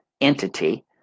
entity